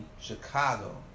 Chicago